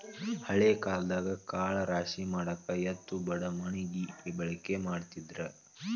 ಹಳೆ ಕಾಲದಾಗ ಕಾಳ ರಾಶಿಮಾಡಾಕ ಎತ್ತು ಬಡಮಣಗಿ ಬಳಕೆ ಮಾಡತಿದ್ರ